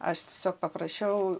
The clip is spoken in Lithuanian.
aš tiesiog paprašiau